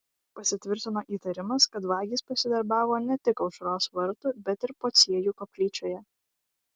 pasitvirtino įtarimas kad vagys pasidarbavo ne tik aušros vartų bet ir pociejų koplyčioje